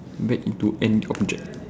back into an object